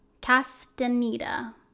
Castaneda